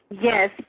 Yes